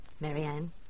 Marianne